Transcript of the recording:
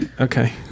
Okay